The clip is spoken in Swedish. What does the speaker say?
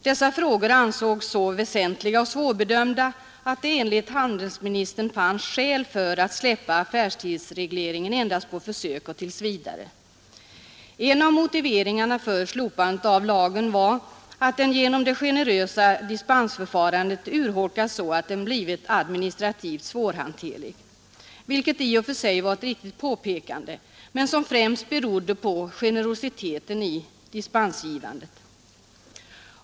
Dessa frågor ansågs vara så väsentliga och svårbedömda att det enligt handelsministern fanns skäl för att endast på försök och tills vidare slopa affärstidslagen. En av motiveringarna för slopandet av lagen var att den genom den generösa dispensgivningen urholkas så att den blivit administrativt svårhanterlig. Detta var i och för sig ett riktigt påpekande, men dessa svårigheter berodde alltså främst på generositeten i dispensgivningen.